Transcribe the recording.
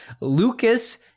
Lucas